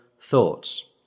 thoughts